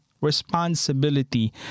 responsibility